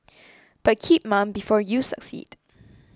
but keep mum before you succeed